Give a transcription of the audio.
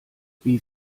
wie